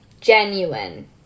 genuine